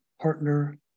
partner